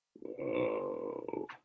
Whoa